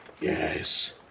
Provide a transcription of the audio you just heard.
Yes